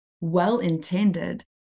well-intended